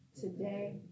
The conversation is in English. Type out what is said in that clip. today